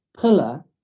pillar